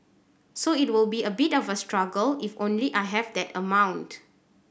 so it will be a bit of a struggle if only I have that amount